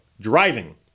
driving